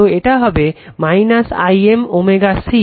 তো এটা হবে I m ω C